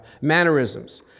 mannerisms